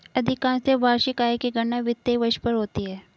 अधिकांशत वार्षिक आय की गणना वित्तीय वर्ष पर होती है